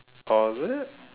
oh is it